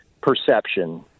perception